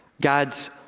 God's